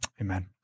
Amen